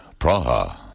Praha